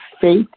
faith